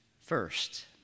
first